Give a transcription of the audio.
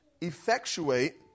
effectuate